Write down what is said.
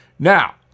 Now